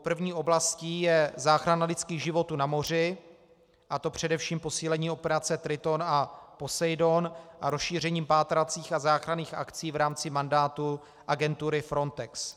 První oblastí je záchrana lidských životů na moři, a to především posílením operace Triton a Poseidon a rozšířením pátracích a záchranných akcí v rámci mandátu agentury Frontex.